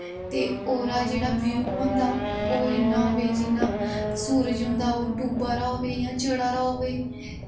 ते ओह्दा जेह्ड़ा व्यू होंदा ओह् इ'यां होए जियां सूरज़ होंदा ओह् डुब्बा दा होए जां चढ़ा दा होए